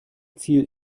ziel